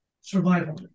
survival